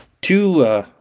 Two